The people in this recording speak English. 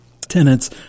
tenants